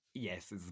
Yes